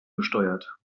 gesteuert